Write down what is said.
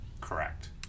correct